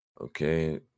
...okay